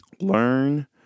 learn